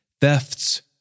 thefts